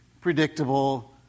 predictable